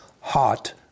hot